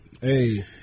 Hey